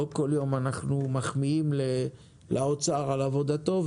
לא כל יום אנחנו מחמיאים לאוצר על עבודתו,